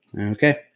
Okay